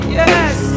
yes